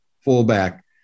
fullback